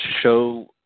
show